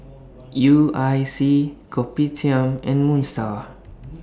U I C Kopitiam and Moon STAR